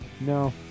No